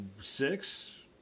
six